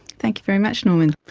thank you very much norman.